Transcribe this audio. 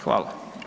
Hvala.